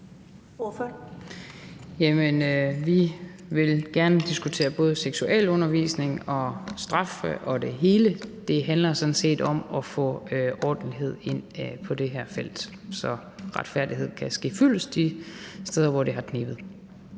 Vi vil gerne diskutere både seksualundervisning og straffe og det hele. Det handler sådan set om at få ordentlighed ind på det her felt, så retfærdigheden kan ske fyldest de steder, hvor det har knebet.